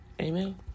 Amen